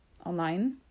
online